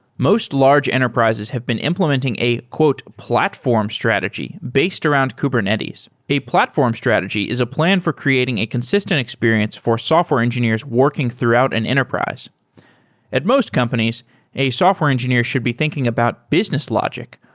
most large enterprises have been implementing a platform strategy based around kubernetes. a platform strategy is a plan for creating a consistent experience for software engineers working throughout an enterprise at most companies a software engineer should be thinking about business logic,